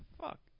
Fuck